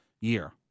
year